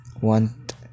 want